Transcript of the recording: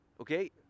okay